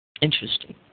Interesting